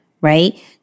Right